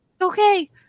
okay